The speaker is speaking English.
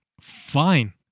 fine